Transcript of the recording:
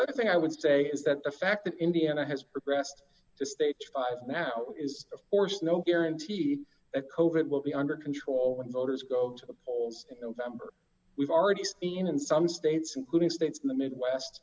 other thing i would say is that the fact that indiana has progressed to stage five now is of course no guarantee that cove it will be under control when voters go to the polls in november we've already seen in some states including states in the midwest